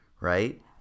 Right